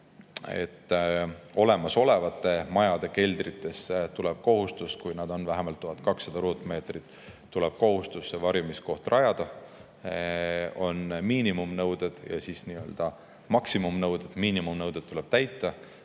Olemasolevate majade keldritesse, kui [pinda] on vähemalt 1200 ruutmeetrit, tuleb see varjumiskoht rajada. On miinimumnõuded ja siis on nii-öelda maksimumnõuded. Miinimumnõuded tuleb täita.